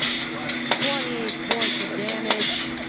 twenty points of damage.